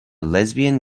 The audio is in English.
lesbian